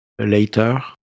later